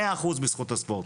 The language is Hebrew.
מאה אחוז בזכות הספורט.